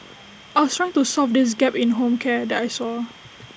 I was trying to solve this gap in home care that I saw